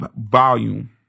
volume